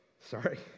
Sorry